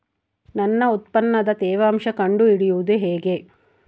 ನನ್ನ ಉತ್ಪನ್ನದ ತೇವಾಂಶ ಕಂಡು ಹಿಡಿಯುವುದು ಹೇಗೆ?